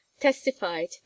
testified